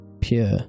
pure